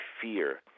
fear